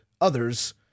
others